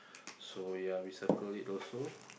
so ya we circle it also